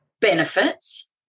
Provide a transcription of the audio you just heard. benefits